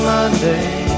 Monday